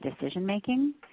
decision-making